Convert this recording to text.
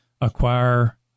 acquire